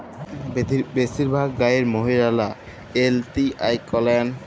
বেশিরভাগ গাঁয়ের মহিলারা এল.টি.আই করেন